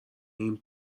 این